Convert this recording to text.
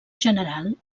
general